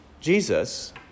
Jesus